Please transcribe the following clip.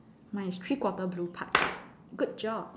mine is three quarter blue part good job